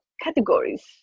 categories